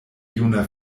juna